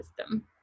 system